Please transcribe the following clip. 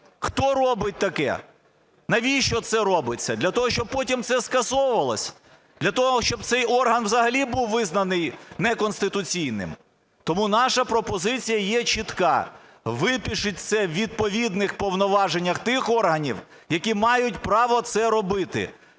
Хто робить таке? Навіщо це робиться, для того, щоб потім це скасовувалось? Для того, щоб цей орган взагалі був визнаний неконституційним? Тому наша пропозиція є чітка: випишіть це у відповідних повноваженнях тих органів, які мають право це робити.